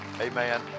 Amen